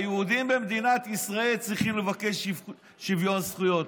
היהודים במדינת ישראל צריכים לבקש שוויון זכויות,